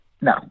No